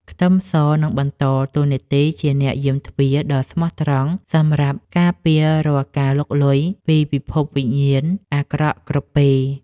ខ្ទឹមសនឹងបន្តតួនាទីជាអ្នកយាមទ្វារដ៏ស្មោះត្រង់សម្រាប់ការពាររាល់ការលុកលុយពីពិភពវិញ្ញាណអាក្រក់គ្រប់ពេល។